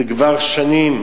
זה כבר שנים,